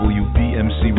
wbmc